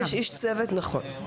אם יש איש צוות, נכון.